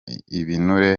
ibinure